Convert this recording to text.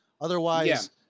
Otherwise